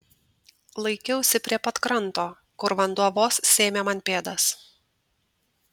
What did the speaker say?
laikiausi prie pat kranto kur vanduo vos sėmė man pėdas